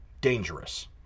dangerous